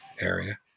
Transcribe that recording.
area